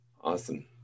Awesome